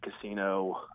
casino